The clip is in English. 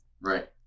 Right